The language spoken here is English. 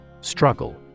Struggle